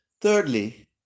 thirdly